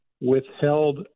withheld